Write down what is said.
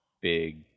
big